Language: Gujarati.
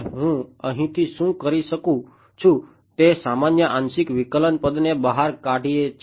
હું અહીંથી શું કરી શકું છું તે સામાન્ય આંશિક વિકલન પદને બહાર કાઢીએ છીએ